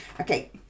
Okay